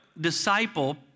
disciple